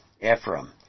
Ephraim